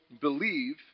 believe